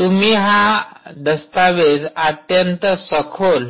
तुम्ही हा दस्तवेज अत्यंत सखोल